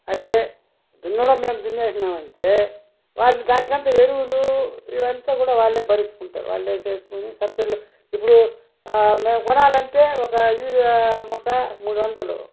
అయితే దున్నడం మేము దున్నేసినాం అంటే వాళ్ళు దాని కంతా ఎరువులు ఇవంతా కూడా వాళ్లే భరించుకుంటారు వాళ్లే చేసుకుని సబ్సిడీలో ఇప్పుడు వాళ్లే చేసుకుని ఇప్పుడు మేము కొనాలంటే ఒక యూరియా మూట మూడొందలు